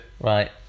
Right